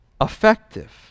effective